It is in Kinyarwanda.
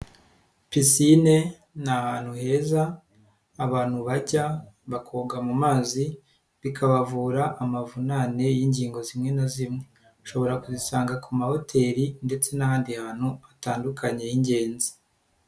Pisine ni ahantu heza abantu bajya bakoga mu mazi bikabavura amavunane y'ingingo zimwe na zimwe, ushobora kuzisanga ku mahoteli ndetse n'ahandi hantu hatandukanye h'ingenzi.